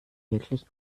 wirklich